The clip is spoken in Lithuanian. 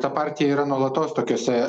ta partija yra nuolatos tokiose